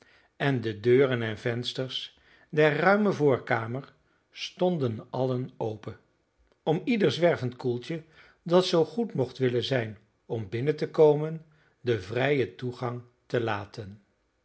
en de deuren en venters der ruime voorkamer stonden alle open om ieder zwervend koeltje dat zoo goed mocht willen zijn om binnen te komen den vrijen toegang te laten